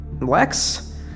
Lex